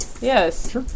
Yes